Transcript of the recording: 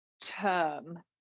term